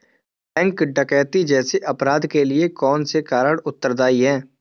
Bank डकैती जैसे अपराध के लिए कौन से कारक उत्तरदाई हैं?